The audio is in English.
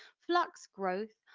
flux growth,